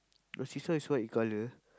your seesaw is white in colour